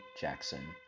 Jackson